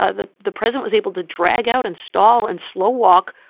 ah the the president is able to drag out and stall and slow walk.